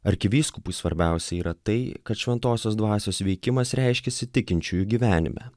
arkivyskupui svarbiausia yra tai kad šventosios dvasios veikimas reiškiasi tikinčiųjų gyvenime